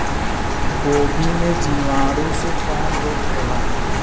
गोभी में जीवाणु से कवन रोग होला?